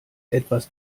etwas